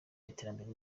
iterambere